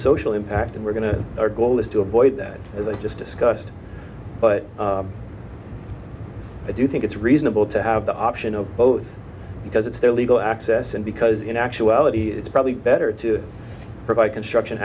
social impact and we're going to our goal is to avoid that as i just discussed but i do think it's reasonable to have the option of both because it's their legal access and because in actuality it's probably better to provide construction